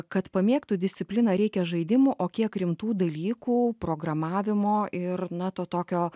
kad pamėgtų discipliną reikia žaidimų o kiek rimtų dalykų programavimo ir na to tokio